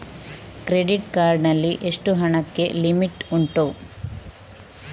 Credit card ನಲ್ಲಿ ಎಷ್ಟು ಹಣಕ್ಕೆ ಲಿಮಿಟ್ ಉಂಟು?